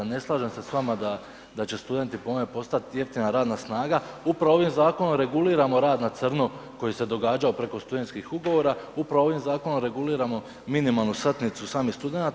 Ne slažem se s vama da će studenti po ovome postati jeftina radna snaga, upravo ovim zakonom reguliramo rad na crno koji se događao preko studentskih ugovora, upravo ovim zakonom reguliramo minimalnu satnicu samih studenata.